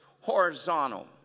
horizontal